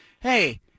Hey